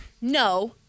no